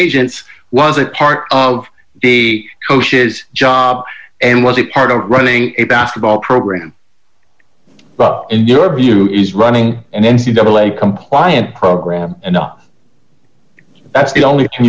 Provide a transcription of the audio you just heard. agents was a part of the coach's job and was it part of running a basketball program in your view is running an n c double a compliant program and not that's the only